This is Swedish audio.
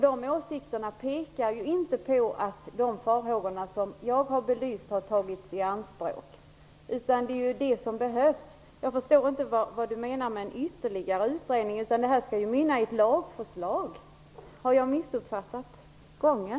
Det verkar inte som att de farhågor som jag har belysts har tagits upp, utan det är det som behövs göras. Jag förstår inte vad Ann-Marie Fagerström menar med ytterligare utredning. Det här betänkandet skall utmynna i ett lagförslag. Har jag missuppfattat gången?